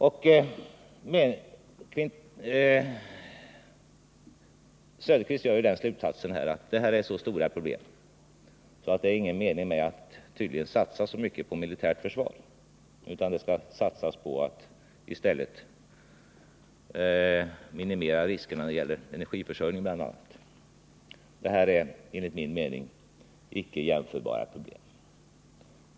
Oswald Söderqvist drar slutsatsen att det här är så stora problem att det tydligen inte är någon mening med att satsa så mycket på militärt försvar, utan vi skall i stället satsa på att minimera riskerna, bl.a. när det gäller energiförsörjningen. Enligt min mening är det icke jämförbara problem.